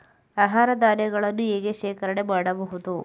ಆಹಾರ ಧಾನ್ಯಗಳನ್ನು ಹೇಗೆ ಶೇಖರಣೆ ಮಾಡಬಹುದು?